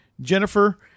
Jennifer